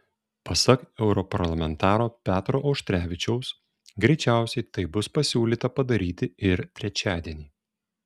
pasak europarlamentaro petro auštrevičiaus greičiausiai tai bus pasiūlyta padaryti ir trečiadienį